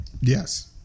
Yes